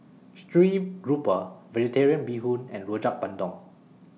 Stream Grouper Vegetarian Bee Hoon and Rojak Bandung